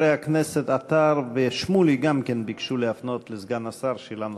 חברי הכנסת עטר ושמולי גם כן ביקשו להפנות לסגן השר שאלה נוספת.